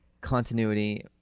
continuity